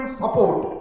support